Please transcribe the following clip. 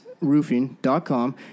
Roofing.com